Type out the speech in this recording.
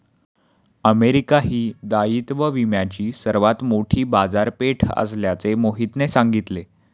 America ही दायित्व विम्याची सर्वात मोठी बाजारपेठ असल्याचे मोहितने सांगितले